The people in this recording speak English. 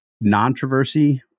non-traversy